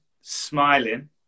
smiling